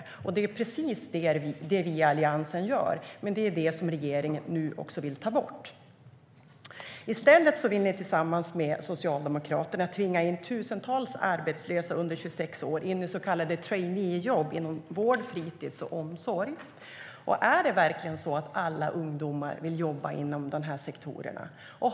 Och det är precis det vi i Alliansen gör. Men regeringen vill ta bort sänkningen.I stället vill ni tillsammans med Socialdemokraterna tvinga in tusentals arbetslösa under 26 år i så kallade traineejobb inom vård, fritis och omsorg. Är det verkligen så att alla ungdomar vill jobba inom de här sektorerna?